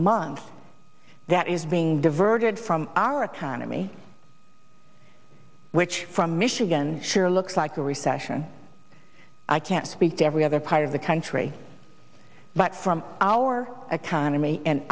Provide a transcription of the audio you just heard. month that is being diverted from our autonomy which from michigan sure looks like a recession i can't speak to every other part of the country but from our autonomy and